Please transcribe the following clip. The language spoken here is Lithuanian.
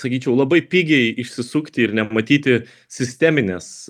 sakyčiau labai pigiai išsisukti ir nematyti sisteminės